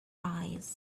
eyes